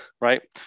right